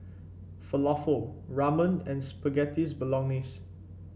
Falafel Ramen and Spaghetti Bolognese